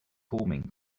forming